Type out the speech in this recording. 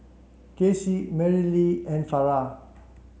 Kacy Merrilee and Farrah